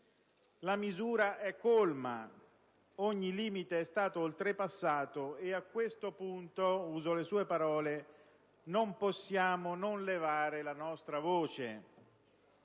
la misura è colma: ogni limite è stato oltrepassato e a questo punto - uso le sue parole - non possiamo non levare la nostra voce.